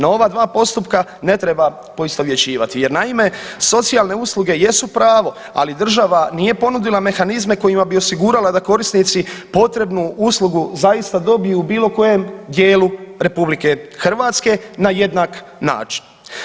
No ova dva postupka ne treba poistovjećivati jer naime socijalne usluge jesu pravo, ali država nije ponudila mehanizme kojima bi osigurala da korisnici potrebnu uslugu zaista dobiju u bilo kojem dijelu RH na jednak način.